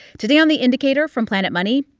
today on the indicator from planet money,